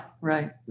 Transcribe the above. right